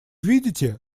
видите